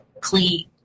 clean